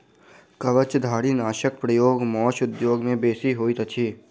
कवचधारीनाशकक प्रयोग मौस उद्योग मे बेसी होइत अछि